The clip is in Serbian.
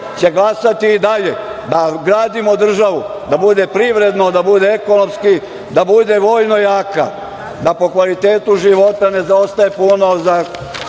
će glasati i dalje da gradimo državu, da bude privredno, da bude ekonomski, da bude vojno jaka, da po kvalitetu života ne zaostaje puno